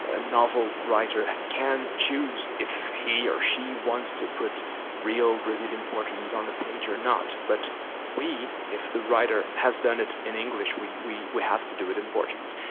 a novel writer can choose if he or she wants to put real brazilian portuguese on the page or not but we, if the writer has done it in english we we have to do it in portuguese,